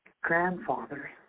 grandfather